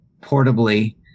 portably